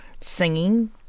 singing